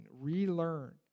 relearn